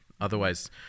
Otherwise